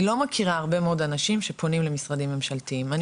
אני לא מכירה הרבה מאוד אנשים שפונים למשרדים ממשלתיים.